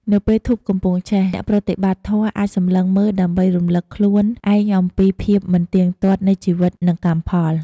នៅពេលធូបកំពុងឆេះ អ្នកប្រតិបត្តិធម៌អាចសម្លឹងមើលដើម្បីរំលឹកខ្លួនឯងអំពីភាពមិនទៀងទាត់នៃជីវិត និងកម្មផល។